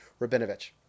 Rabinovich